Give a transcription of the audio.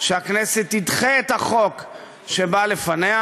שהכנסת תדחה את החוק שבא לפניה